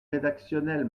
rédactionnel